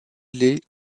les